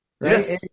Yes